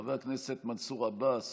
חבר הכנסת מנסור עבאס,